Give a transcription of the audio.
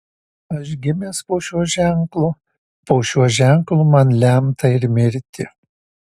aš gimęs po šiuo ženklu po šiuo ženklu man lemta ir mirti